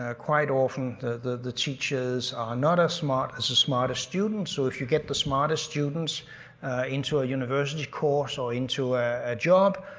ah quite often the the teachers are not as smart as the smartest student, so if you get the smartest students into a university course or into a job,